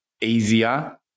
easier